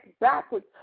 backwards